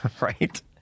right